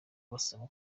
basaba